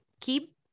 keep